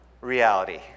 reality